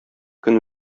көн